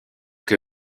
que